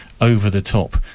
over-the-top